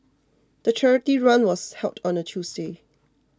the charity run was held on a Tuesday